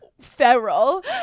feral